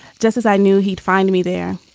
just as i knew he'd find me there.